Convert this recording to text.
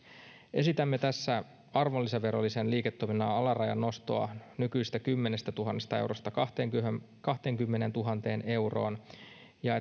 esitämme tässä arvonlisäverollisen liiketoiminnan alarajan nostoa nykyisestä kymmenestätuhannesta eurosta kahteenkymmeneentuhanteen euroon ja